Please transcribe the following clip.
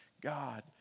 God